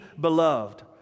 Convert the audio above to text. beloved